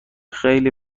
خیلی